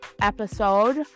episode